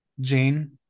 jane